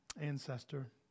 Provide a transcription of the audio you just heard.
ancestor